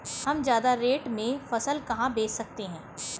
हम ज्यादा रेट में फसल कहाँ बेच सकते हैं?